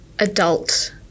adult